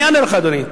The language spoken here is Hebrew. אני אענה לך, אדוני.